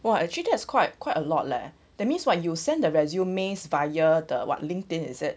!wah! actually has quite quite a lot leh that means what you send the resumes via the what linkedin is it